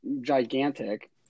gigantic